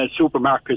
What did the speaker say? supermarkets